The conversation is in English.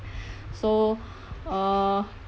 so uh